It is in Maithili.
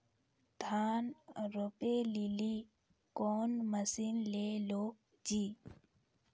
धान रोपे लिली कौन मसीन ले लो जी?